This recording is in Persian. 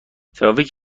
ترافیک